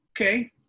Okay